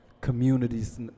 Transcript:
communities